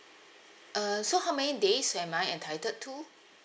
uh so how many days am I entitled to